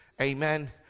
Amen